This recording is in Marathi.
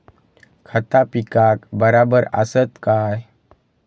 खता पिकाक बराबर आसत काय?